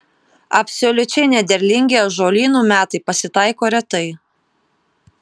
absoliučiai nederlingi ąžuolynų metai pasitaiko retai